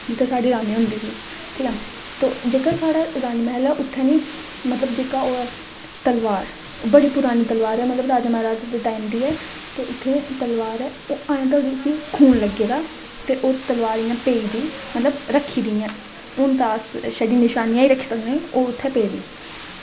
जित्थें साढ़ी रानी होंदी ही ठीक ऐ ते जेह्का साढ़ा रानी महल ऐ उत्थें नी मतलब जेह्का एह् तलवार ही पुरानी तलवार ऐ मतलब राजा म्हाराजा दे टैम डऊघशआ़ दी ऐ ते उत्थें जेह्ड़ी तलवार ऐ उसी ऐहीं तोड़ी खून लग्गे दा मतलब ओह् तलवार इंया पेई दी मतलब रक्खी दी इंया हून छड़ी अस निशानी गै रक्खी सकने ओह् उत्थें पेदी